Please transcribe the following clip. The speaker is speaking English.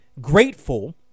grateful